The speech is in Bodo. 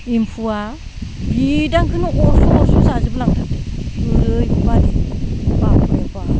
एम्फौआ बिदानखोनो अरस' अरस' जाजोबलाङो ओरैबायदि बापरेबाप